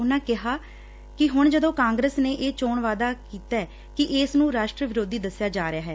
ਉਨੂਂ ਕਿਹਾ ਕਿ ਹੁਣ ਜਦੋਂ ਕਾਂਗਰਸ ਨੇ ਇਹ ਚੋਣ ਵਾਅਦਾ ਕੀਤੈ ਕਿ ਇਸ ਨੂੰ ਰਾਸ਼ਟਰ ਵਿਰੋਧੀ ਦਸਿਆ ਜਾ ਰਿਹੈਂ